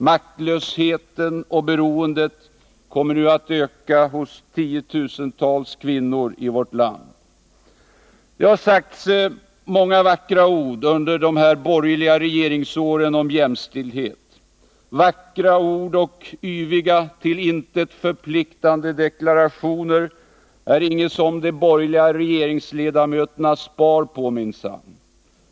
Maktlösheten och beroendet kommer nu att öka hos tiotusentals kvinnor i vårt land. Det har sagts många vackra ord under de borgerliga regeringsåren om jämställdhet. Vackra ord och yviga till intet förpliktigande deklarationer är minsann inget som de borgerliga regeringsledamöterna spar på.